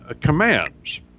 commands